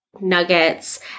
nuggets